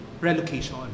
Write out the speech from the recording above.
relocation